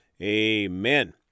amen